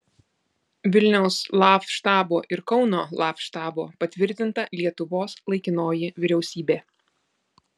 vilniaus laf štabo ir kauno laf štabo patvirtinta lietuvos laikinoji vyriausybė